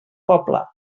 poble